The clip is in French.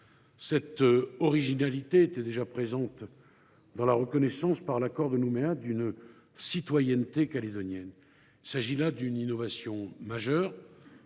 Cette originalité était déjà présente dans la reconnaissance par l’accord de Nouméa d’une citoyenneté calédonienne. Il s’agissait là d’une innovation majeure,